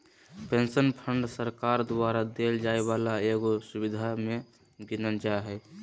pension fund सरकार द्वारा देवल जाय वाला एगो सुविधा मे गीनल जा हय